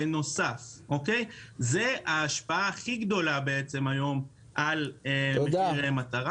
זו ההשפעה הכי גדולה היום על מחירי מטרה.